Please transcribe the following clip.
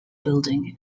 building